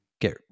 get